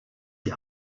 die